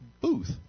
booth